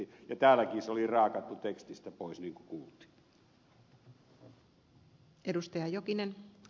täälläkin se oli raakattu tekstistä pois niin kuin kuultiin